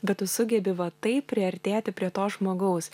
bet tu sugebi va taip priartėti prie to žmogaus